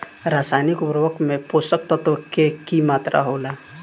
रसायनिक उर्वरक में पोषक तत्व के की मात्रा होला?